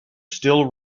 still